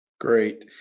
Great